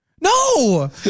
No